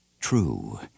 True